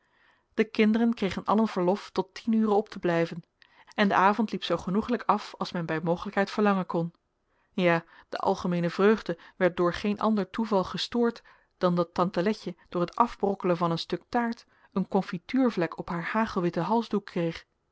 de kinderen kregen allen verlof tot tien uren op te blijven en de avond liep zoo genoeglijk af als men bij mogelijkheid verlangen kon ja de algemeene vreugde werd door geen ander toeval gestoord dan dat tante letje door het afbrokkelen van een stuk taart een confituurvlek op haar hagelwitten halsdoek kreeg